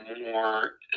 more